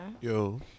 Yo